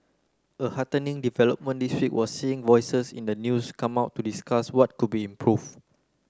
a heartening development this week was seeing voices in the news come out to discuss what could be improve